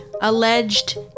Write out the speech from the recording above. alleged